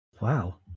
Wow